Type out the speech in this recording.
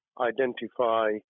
identify